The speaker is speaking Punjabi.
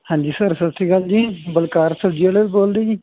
ਹਾਂਜੀ ਸਰ ਸਤਿ ਸ਼੍ਰੀ ਅਕਾਲ ਜੀ ਬਲਕਾਰ ਸਬਜ਼ੀ ਵਾਲੇ ਬੋਲਦੇ ਜੀ